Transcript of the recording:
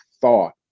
thought